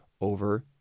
over